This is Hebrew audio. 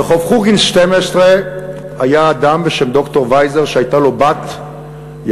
ברחוב חורגין 12 היה אדם בשם ד"ר וייזר שהייתה לו בת יפה,